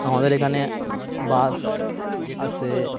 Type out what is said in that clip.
আমাদের এখানে বাস আছে